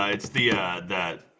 ah it's the that